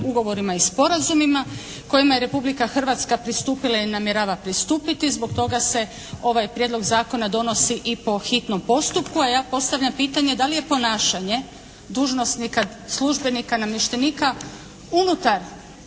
ugovorima i sporazumima kojima je Republika Hrvatska pristupila ili namjerava pristupiti. Zbog toga se ovaj Prijedlog zakona donosi i po hitnom postupku. A ja postavljam pitanje da li je ponašanje dužnosnika, službenika, namještenika unutar